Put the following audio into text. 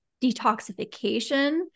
detoxification